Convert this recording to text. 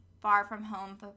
far-from-home